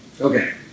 Okay